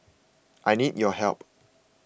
I need your help